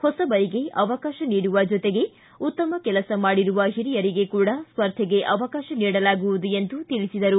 ಹೊಸಬರಿಗೆ ಅವಕಾಶ ನೀಡುವ ಜತೆಗೆ ಉತ್ತಮ ಕೆಲಸ ಮಾಡಿರುವ ಹಿರಿಯರಿಗೆ ಕೂಡಾ ಸ್ಪರ್ಧೆಗೆ ಅವಕಾಶ ನೀಡಲಾಗುವುದು ಎಂದು ತಿಳಿಸಿದರು